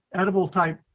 edible-type